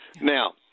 Now